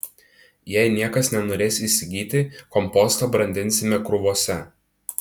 jei niekas nenorės įsigyti kompostą brandinsime krūvose